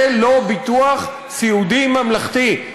זה לא ביטוח סיעודי ממלכתי.